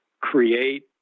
create